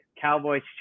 Cowboys